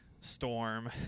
Storm